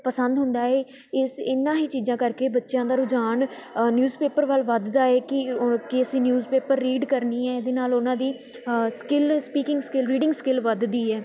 ਪਸੰਦ ਹੁੰਦਾ ਹੈ ਇਸ ਇਨ੍ਹਾਂ ਹੀ ਚੀਜ਼ਾਂ ਕਰਕੇ ਬੱਚਿਆਂ ਦਾ ਰੁਝਾਨ ਨਿਊਜ਼ ਪੇਪਰ ਵੱਲ ਵੱਧਦਾ ਹੈ ਕਿ ਕਿ ਅਸੀਂ ਨਿਊਜ਼ਪੇਪਰ ਰੀਡ ਕਰਨੀ ਹੈ ਇਹਦੇ ਨਾਲ ਉਹਨਾਂ ਦੀ skill speaking skill reading skill ਵੱਧਦੀ ਹੈ